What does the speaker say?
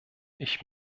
ich